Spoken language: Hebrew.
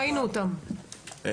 ראינו אותם,